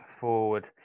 forward